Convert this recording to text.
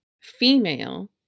female